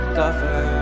cover